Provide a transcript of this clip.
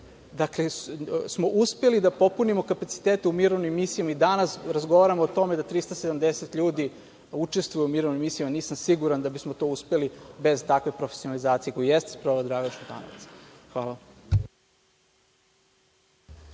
uspeli smo da popunimo kapacitete u mirovnim misijama i danas razgovaramo o tome da 370 ljudi učestvuje u mirovnim misijama, nisam siguran da bismo to uspeli bez takve profesionalizacije koju jeste sproveo Dragan Šutanovac. Hvala.